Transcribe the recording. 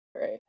right